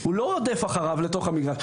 הוא לא רודף אחריו לתוך המגרש.